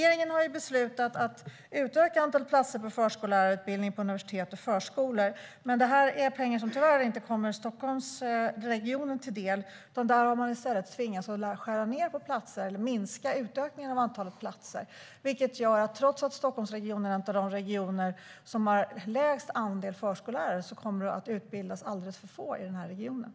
Regeringen har beslutat att utöka antalet platser på förskollärarutbildningen på universitet och högskolor. Men det är pengar som tyvärr inte kommer Stockholmsregionen till del. Där har man i stället tvingats minska utökningen av antalet platser. Det gör att det kommer att utbildas alldeles för få förskollärare i den här regionen, trots att Stockholmsregionen är en av de regioner som har lägst andel förskollärare.